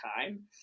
time